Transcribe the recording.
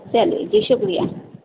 چلیے جی شکریہ